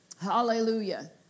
Hallelujah